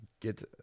get